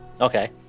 Okay